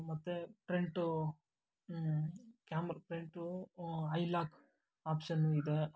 ಮತ್ತೆ front camera front eye lock ಆಪ್ಷನ್ನು ಇದೆ